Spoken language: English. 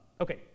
Okay